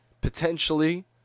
Potentially